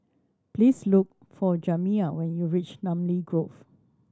please look for Jamiya when you reach Namly Grove